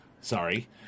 Sorry